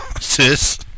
sis